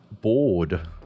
Bored